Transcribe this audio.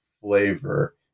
flavor